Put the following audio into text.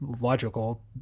logical